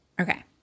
Okay